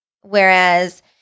Whereas